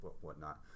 whatnot